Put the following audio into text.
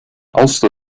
ulster